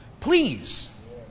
Please